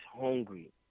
hungry